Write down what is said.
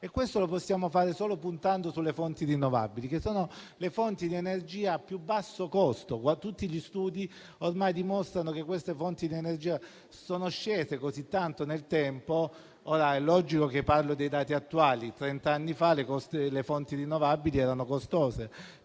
questo lo possiamo fare solo puntando sulle fonti rinnovabili, che sono le fonti di energia a più basso costo. Tutti gli studi ormai dimostrano che il costo di queste fonti di energia è sceso molto nel tempo. È logico che parlo dei dati attuali perché trenta anni fa le fonti rinnovabili erano costose.